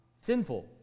sinful